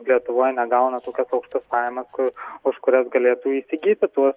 lietuvoj negauna tokias aukštas pajamas kur už kurias galėtų įsigyti tuos